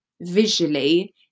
visually